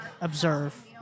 observe